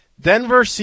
Denver